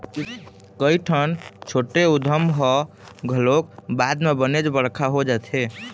कइठन छोटे उद्यम ह घलोक बाद म बनेच बड़का हो जाथे